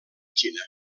xina